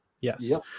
Yes